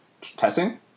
testing